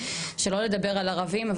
ושלא לדבר על ערבים.